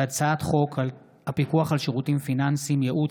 הצעת חוק הפיקוח על שירותים פיננסיים (ייעוץ,